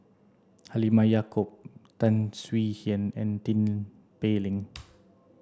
Halimah Yacob Tan Swie Hian and Tin Pei Ling